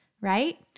right